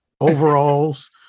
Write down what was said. overalls